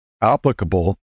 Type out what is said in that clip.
applicable